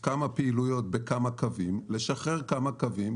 רגע כמה פעילויות בכמה קווים ולשחרר כמה קווים,